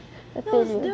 I told you